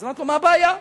אמרתי לו: מה הבעיה,